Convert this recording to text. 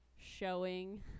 showing